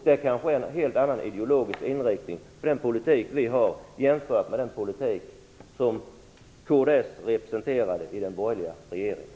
Det kanske är en helt annan ideologisk inriktning bakom den politik vi har jämfört med den politik som kds representerade i den borgerliga regeringen.